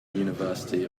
university